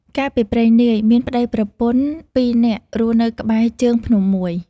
កាលពីព្រេងនាយ មានប្តីប្រពន្ធពីរនាក់រស់នៅក្បែរ ជើងភ្នំមួយ ។